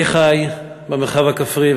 אני חי במרחב הכפרי,